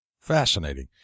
Fascinating